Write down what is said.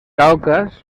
caucas